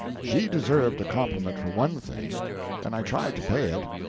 she deserved a compliment for one thing and i tried to pay it,